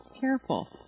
careful